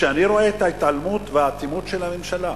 כשאני רואה את ההתעלמות והאטימות של הממשלה,